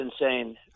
insane